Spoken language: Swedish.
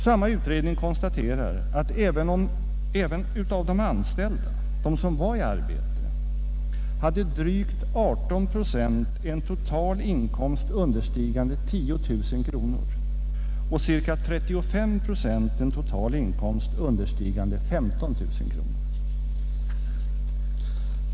Samma utredning konstaterar att av de anställda, de som var i arbete, hade drygt 18 procent en total inkomst understigande 10 000 kronor och cirka 35 procent en total inkomst understigande 15 000 kronor.